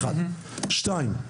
נקודה שנייה: